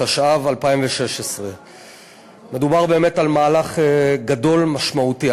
התשע"ו 2016. מדובר באמת במהלך גדול ומשמעותי.